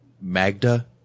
Magda